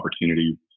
opportunity